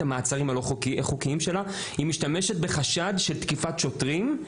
המעצרים הלא-חוקיים שלה היא משתמשת בחשד של תקיפת שוטרים.